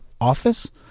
office